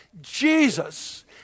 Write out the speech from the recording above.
Jesus